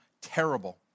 terrible